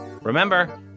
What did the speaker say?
Remember